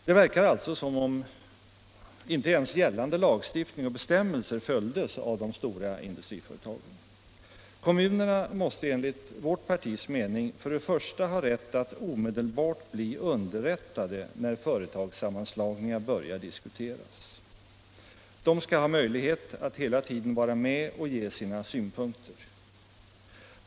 Det verkar alltså som om inte ens gällande lagstiftning och bestämmelser följdes av de stora industriföretagen. Kommunerna måste enligt vårt partis mening till att börja med ha rätt att omedelbart bli underrättade när företagssammanslagningar börjar diskuteras. De skall ha möjlighet att hela tiden vara med och ge sina synpunkter.